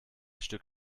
stück